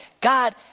God